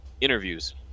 interviews